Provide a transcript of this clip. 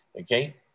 okay